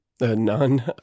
None